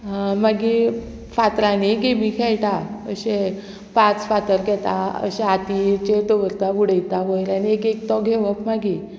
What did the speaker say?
मागीर फातरांनी गेमी खेळटा अशें पांच फातर घेता अशें हातीचेर दवरता उडयता वयर आनी एक एक तो घेवप मागीर